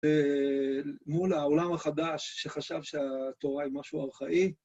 מול העולם החדש שחשב שהתורה היא משהו ארכאי.